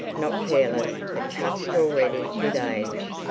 not careless, but touched already with age.